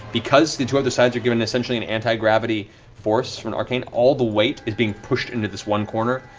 because the two other sides are given essentially an anti-gravity force from the arcane, all the weight is being pushed into this one corner.